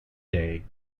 day